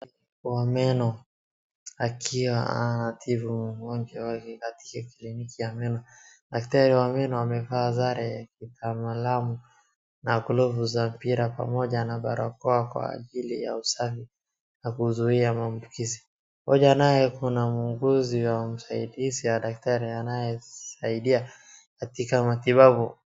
Daktari wa meno akiwa anatibu mgonjwa wake katika kliniki ya meno. Daktari wa meno amevaa sare ya maalum na glavu za mpira pamoja na barakoa kwa ajili ya usafi na kuzuia maambukizi. Pamoja naye kuna muuguzi au msaidizi ya daktari anayesaidia katika matibabu.